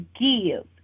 give